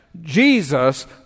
Jesus